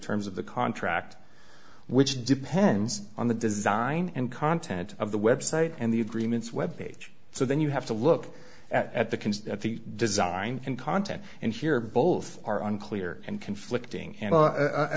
terms of the contract which depends on the design and content of the website and the agreements web page so then you have to look at the concert at the design and content and here both are unclear and conflicting